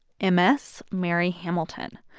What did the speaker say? m s mary hamilton.